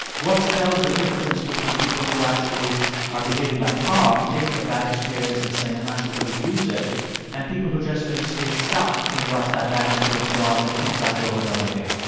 what spells the difference between people who actually are behaving like tom taking a bad experience and saying i'm actually going to use it and people who just sort of stay stuck in what that bad experience was and think about it over and over again?